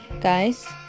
Guys